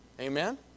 Amen